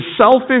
selfish